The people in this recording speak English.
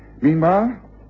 Meanwhile